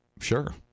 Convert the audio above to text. sure